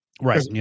Right